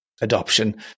adoption